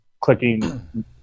clicking